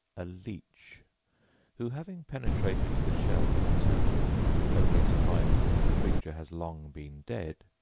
a leech who, having penetrated the shell of a turtle only to find that the creature has long been dead,